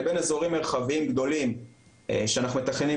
לבין אזורים מרחביים גדולים שאנחנו מתכננים